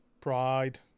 pride